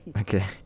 Okay